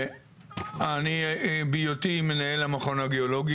אני בהיותי מנהל המכון הגיאולוגי,